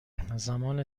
زمان